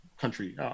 country